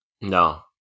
No